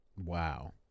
Wow